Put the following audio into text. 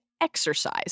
exercise